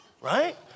right